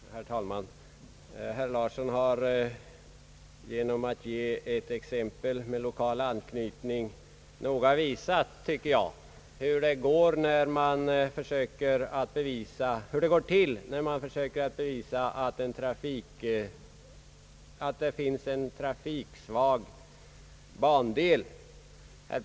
Herr talman! Herr Larsson har genom att ge ett exempel med lokal anknytning noga visat, tycker jag, hur det går till när man försöker bevisa att det finns en trafiksvag bandel.